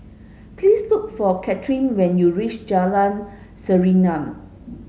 please look for Cathrine when you reach Jalan Serengam